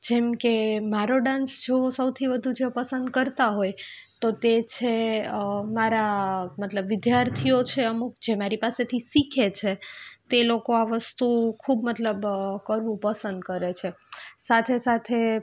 જેમકે મારો ડાન્સ જોવો સૌથી વધુ જે પસંદ કરતાં હોય તો તે છે મારા મતલબ વિદ્યાર્થીઓ છે અમુક જે મારી પાસેથી શીખે છે તે લોકો આ વસ્તુ ખૂબ મતલબ કરવું પસંદ કરે છે સાથે સાથે